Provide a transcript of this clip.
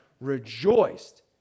rejoiced